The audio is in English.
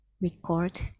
record